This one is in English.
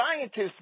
Scientists